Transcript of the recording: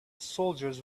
soldiers